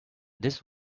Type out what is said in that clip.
this